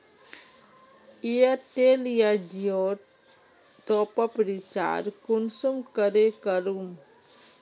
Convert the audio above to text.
Airtel या जियोर top up recharge कुंसम करे करूम?